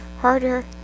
Harder